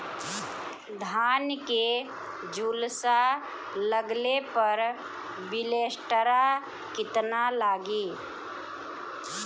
धान के झुलसा लगले पर विलेस्टरा कितना लागी?